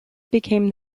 became